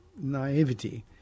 naivety